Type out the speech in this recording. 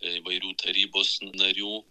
įvairių tarybos narių